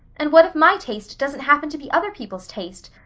and what if my taste doesn't happen to be other people's taste?